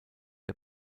der